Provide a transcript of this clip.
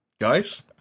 Guys